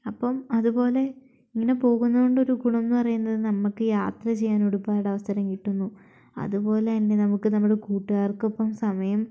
അപ്പം അതുപോലെ ഇങ്ങനെ പോകുന്നതുകൊണ്ടൊരു ഗുണം എന്നു പറയുന്നത് നമ്മൾക്ക് യാത്രചെയ്യാൻ ഒരുപാട് അവസരം കിട്ടുന്നു അതുപോലെന്നെ നമുക്ക് നമ്മുടെ കൂട്ടുക്കാർക്കൊപ്പം സമയം